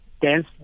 dance